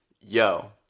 Yo